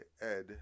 Ed